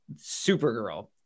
Supergirl